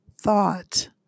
thought